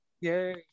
yay